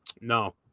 No